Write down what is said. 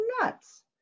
nuts